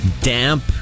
damp